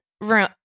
room